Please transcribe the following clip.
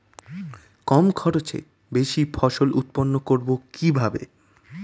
কম খরচে বেশি ফসল উৎপন্ন করব কিভাবে?